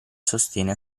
sostiene